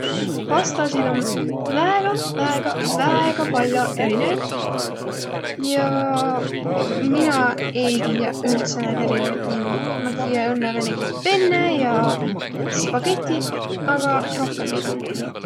Pastasit om väega, väega, väega pall'o erinevit ja mina ei tiiäq üldse naid erinevit nimmi. Ma tiiä õnnõ määnegi penne ja spagetiq, aga rohkõmb ei tiiäq.